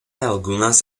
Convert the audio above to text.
algunas